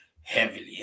heavily